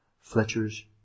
fletchers